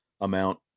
amount